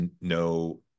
no